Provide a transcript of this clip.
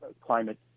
climate